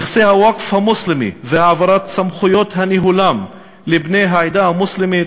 נכסי הווקף המוסלמי והעברת סמכויות ניהולם לבני העדה המוסלמית,